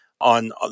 on